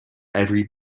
every